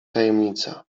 tajemnica